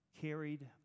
carried